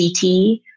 CT